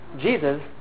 Jesus